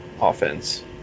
offense